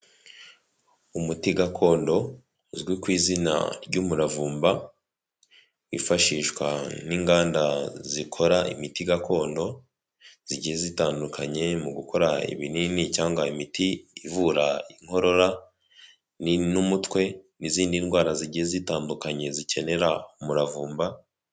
Umuti gakondo uzwi ku izina ry'umuravumba wifashishwa n'inganda zikora imiti gakondo zigiye zitandukanye mu gukora ibinini cyangwa imiti ivura inkorora n'umutwe n'izindi ndwara zigiye zitandukanye zikenera umuravumba.